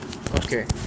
okay